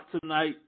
tonight